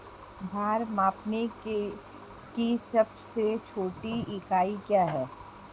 भार मापने की सबसे छोटी इकाई क्या है?